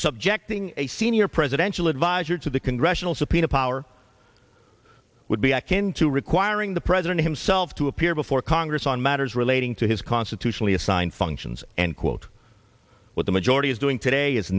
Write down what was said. subjecting a senior presidential adviser to the congressional subpoena power would be akin to requiring the president himself to appear before congress on matters relating to his constitutionally assigned functions and quote what the majority is doing today is